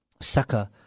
sucker